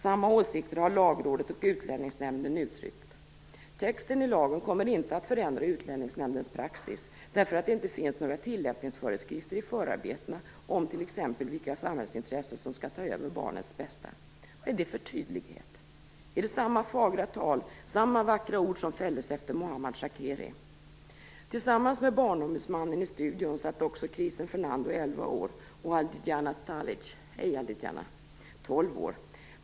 Samma åsikter har Lagrådet och Utlänningsnämnden uttryckt. Texten i lagen kommer inte att förändra utlänningsnämndens praxis, därför att det inte finns några tillämpningsföreskrifter i förarbetena om t.ex. vilka samhällsintressen som skall ta över barnets bästa. Vad är det för tydlighet? Är det samma fagra tal, samma vackra ord som fälldes efter Mohammad Talic, 12 år.